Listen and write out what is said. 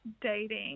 dating